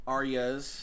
Arya's